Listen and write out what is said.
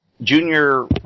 Junior